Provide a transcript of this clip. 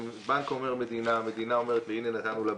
הבנק אומר המדינה, המדינה אומרת נתנו לבנקים.